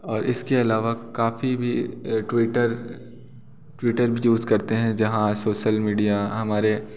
और इसके अलावा काफ़ी भी ट्विटर ट्विटर यूज़ करते हैं जहाँ सोशल मीडिया हमारे